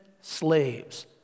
slaves